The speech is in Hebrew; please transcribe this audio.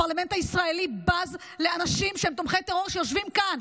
הפרלמנט הישראלי בז לאנשים תומכי טרור שיושבים כאן.